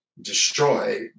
destroy